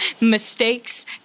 mistakes